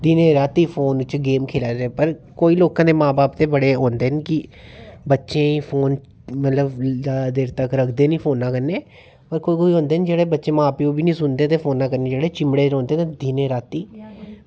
दिनें रातीं फोन च गेम खेल्ला दे न कोई लोकें दे मां बब्ब बड़े औंदे न की बच्चें गी फोन बड़े देर तक्क रक्खदे नी फोनै कन्नै ओह् कोई कोई होंदे न जेह्ड़े मां प्योऽ दी बी नेईं सुनदे ते फोनै कन्नै चिम्बड़े दे रौहंदे दिनें रातीं